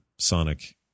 Sonic